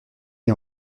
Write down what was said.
est